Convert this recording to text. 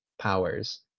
powers